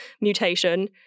mutation